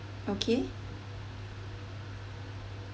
okay